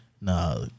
Nah